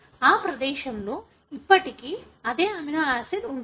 ఆ ప్రదేశంలో ఇప్పటికీ అదే అమినో ఆసిడ్ ఉంటుంది